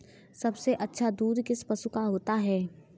सबसे अच्छा दूध किस पशु का होता है?